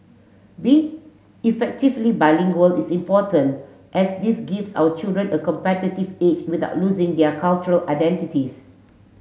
being effectively bilingual is important as this gives our children a competitive edge without losing their cultural identities